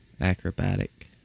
acrobatic